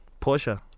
porsche